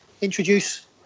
introduce